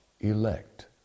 elect